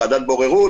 ועדת בוררות.